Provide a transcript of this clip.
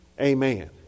Amen